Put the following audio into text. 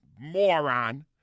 moron